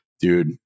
dude